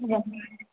न